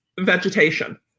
vegetation